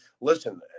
listen